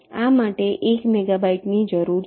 આ માટે 1 મેગાબાઈટની જરૂર છે